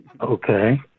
Okay